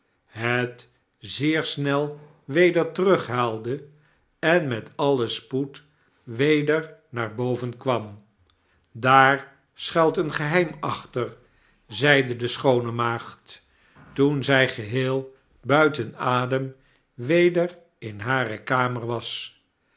het zeer snel weder terughaalde en met alien spoed weder naar boven kwam daar schuilt een geheim achter zeide de schoone maagd toen zij geheel buiten adem weder in hare kamer was